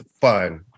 fun